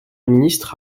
ministre